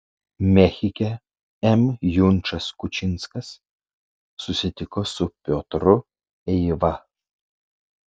mechike m junčas kučinskas susitiko su piotru eiva